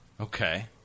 Okay